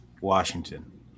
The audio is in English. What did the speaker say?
Washington